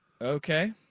okay